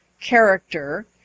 character